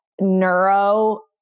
neuro